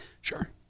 Sure